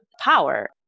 power